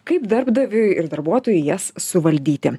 kaip darbdaviui ir darbuotojui jas suvaldyti